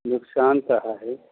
नोकसान तऽ हइ